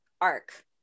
arc